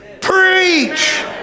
Preach